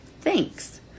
Thanks